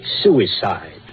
suicide